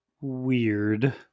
weird